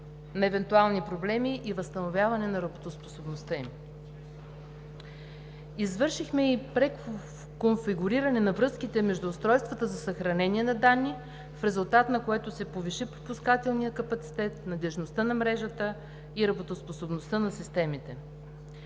на евентуални проблеми и възстановяване на работоспособността им. Извършихме и преконфигуриране на връзките между устройствата за съхранение на данни, в резултат на което се повиши пропускателният капацитет, надеждността на мрежата и работоспособността на системите.